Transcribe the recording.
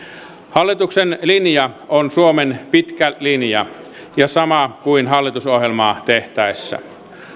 hallituksen linja on suomen pitkä linja ja sama kuin hallitusohjelmaa tehtäessä